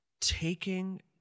taking